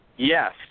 Yes